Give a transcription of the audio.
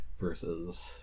versus